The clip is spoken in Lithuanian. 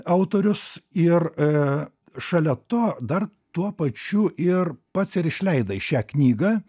autorius ir šalia to dar tuo pačiu ir pats ir išleidai šią knygą